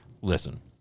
Listen